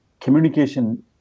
communication